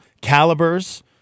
Calibers